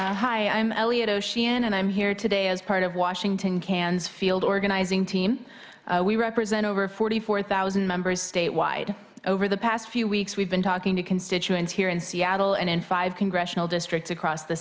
should hi i'm elliot oceana and i'm here today as part of washington cannes field organizing team we represent over forty four thousand members statewide over the past few weeks we've been talking to constituents here in seattle and in five congressional districts across the